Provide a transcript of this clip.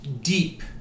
deep